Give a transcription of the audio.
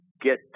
get